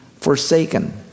forsaken